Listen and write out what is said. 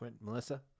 Melissa